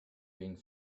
being